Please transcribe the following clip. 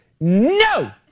no